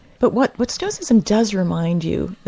but what what stoicism does remind you,